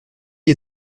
est